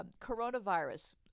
coronavirus